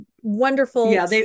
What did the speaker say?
wonderful